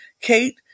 Kate